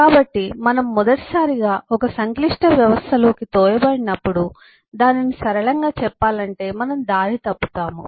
కాబట్టి మనం మొదటిసారిగా ఒక సంక్లిష్ట వ్యవస్థలోకి తోయబడినప్పుడు దానిని సరళంగా చెప్పాలంటే మనం దారి తప్పు తాము